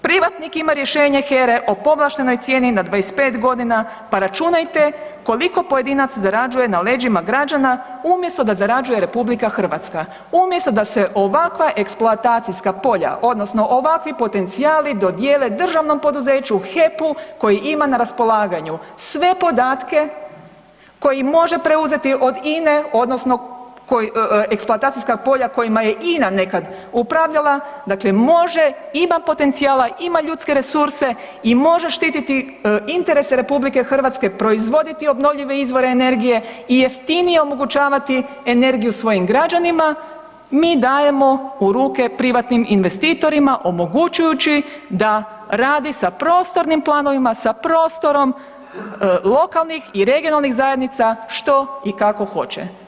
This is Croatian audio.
Privatnik ima rješenje HERA-e o povlaštenoj cijeni na 25 godina pa računajte koliko pojedinac zarađuje na leđima građana umjesto da zarađuje Republika Hrvatska, umjesto da se ovakva eksploatacijska polja, odnosno ovakvi potencijali dodijele državnom poduzeću, HEP-u koji ima na raspolaganju sve podatke, koji može preuzeti od INE, odnosno eksploatacijska polja kojima je INA nekad upravljala, može, ima potencijala, ima ljudske resurse i može štititi interese Republike Hrvatske, proizvoditi obnovljive izvore energije i jeftinije omogućavati energiju svojim građanima, mi dajemo u ruke privatnim investitorima, omogućujući da radi sa prostornim planovima, sa prostorom lokalnih i regionalnih zajednica što i kako hoće.